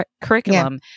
curriculum